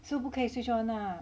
so 不可以 switch on ah